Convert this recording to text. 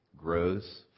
grows